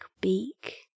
beak